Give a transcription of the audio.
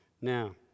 now